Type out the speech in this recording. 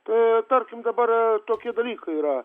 tai tarkim dabar tokie dalykai yra